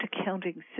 accounting